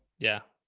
yeah,